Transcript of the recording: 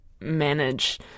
manage